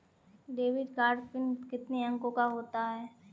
Debit card PIN कितने अंकों का होता है?